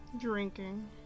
Drinking